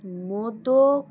modak